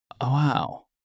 Wow